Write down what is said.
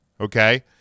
Okay